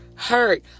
hurt